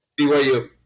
BYU